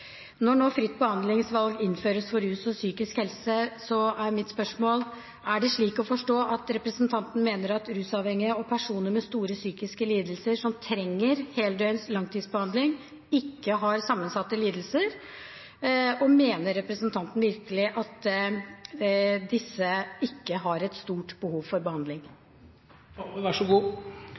Når nå fritt behandlingsvalg innføres for rus og psykisk helse, er mitt spørsmål: Er det slik å forstå at representanten mener at rusavhengige og personer med store psykiske lidelser som trenger heldøgns langtidsbehandling, ikke har sammensatte lidelser? Og mener representanten virkelig at disse ikke har et stort behov for behandling? Nei, det er dette som er så